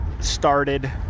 started